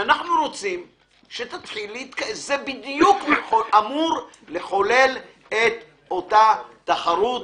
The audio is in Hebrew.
שזה בדיוק אמור לחולל את אותה תחרות.